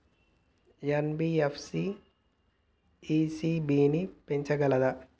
NBFC ECB ని పెంచగలదా?